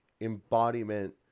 embodiment